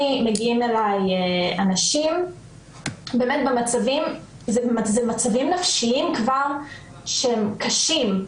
מגיעים אלי אנשים במצבים נפשיים שהם קשים.